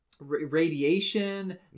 radiation